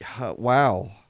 wow